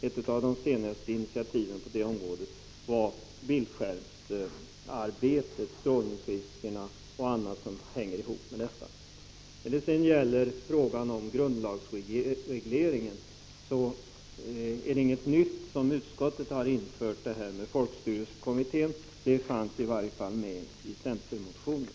Ett av de senaste initiativen på det området gällde bildskärmsarbete, strålningsrisker och annat som hänger ihop med detta. Slutligen vill jag säga beträffande grundlagsreglering att det utskottet har skrivit om folkstyrelsekommittén inte är någonting nytt. Det fanns i varje fall med i centermotionen.